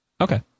Okay